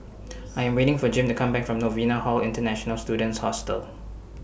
I Am waiting For Jim to Come Back from Novena Hall International Students Hostel